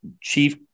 Chief